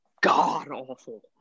god-awful